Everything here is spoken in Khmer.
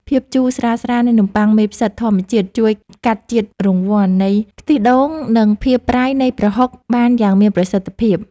ភាពជូរស្រាលៗនៃនំប៉័ងមេផ្សិតធម្មជាតិជួយកាត់ជាតិរងាន់នៃខ្ទិះដូងនិងភាពប្រៃនៃប្រហុកបានយ៉ាងមានប្រសិទ្ធភាព។